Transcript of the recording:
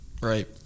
Right